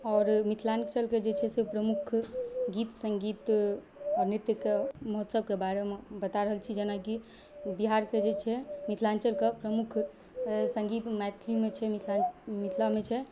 आओर मिथिलाञ्चलके जे छै से प्रमुख गीत सङ्गीत आओर नृत्यके महोत्सवके बारेमे बता रहल छी जेनाकि बिहारके जे छै मिथिलाञ्चलके प्रमुख सङ्गीत मैथिलीमे छै मिथिला मिथिलामे छै